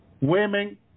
Women